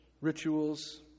rituals